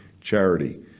charity